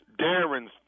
Darren's